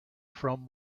from